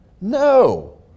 No